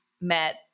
met